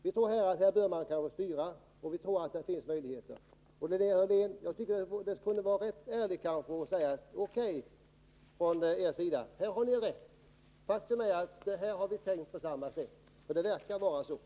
Vi tror alltså att man bör styra, och vi tror att det finns möjligheter att göra det. Linnea Hörlén! Det kunde kanske vara rätt ärligt att säga från er sida: O.K., här har ni rätt. Faktum är att vi har tänkt på samma sätt. Det verkar nämligen vara så.